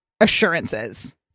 assurances